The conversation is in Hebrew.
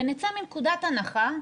ונצא מנקודת הנחה,